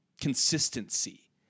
Consistency